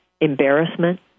embarrassment